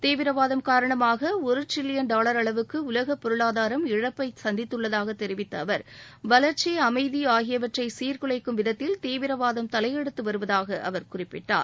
தீவிரவாதம் காரணமாக ஒரு ட்ரிலியன் டாவர் அளவுக்கு உலக பொருளாதாரம் இழப்பை சந்தித்துள்ளதாக தெரிவித்த அவர் வளர்ச்சி அமைதி ஆகியவற்றை சீர்குலைக்கும் விதத்தில் தீவிரவாதம் தலை எடுத்து வருவதாக அவர் குறிப்பிட்டார்